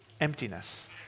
emptiness